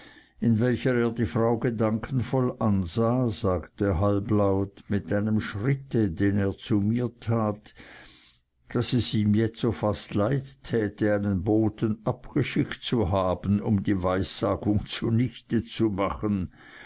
in welcher er die frau gedankenvoll ansah sagte halblaut mit einem schritte den er zu mir tat daß es ihm jetzo fast leid täte einen boten abgeschickt zu haben um die weissagung zunichte zu machen